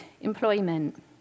employment